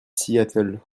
seattle